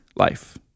Life